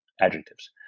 adjectives